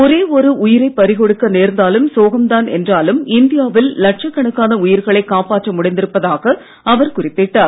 ஒரே ஒரு உயிரை பறிகொடுக்க நேர்ந்தாலும் சோகம்தான் என்றாலும் இந்தியாவில் லட்சக்கணக்கான உயிர்களை காப்பாற்ற முடிந்திருப்பதாக அவர் குறிப்பிட்டார்